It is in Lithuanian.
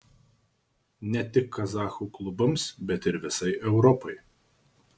ne tik kazachų klubams bet ir visai europai